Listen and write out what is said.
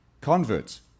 converts